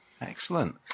excellent